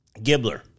Gibbler